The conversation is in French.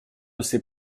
ces